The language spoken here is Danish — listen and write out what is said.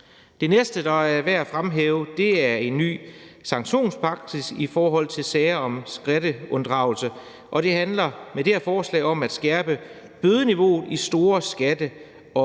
Det næste, der er værd at fremhæve, er en ny sanktionspraksis i forhold til sager om skatteunddragelse, og det handler i det her forslag om at skærpe bødeniveauet i store skatte- og